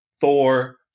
Thor